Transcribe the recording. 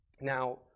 Now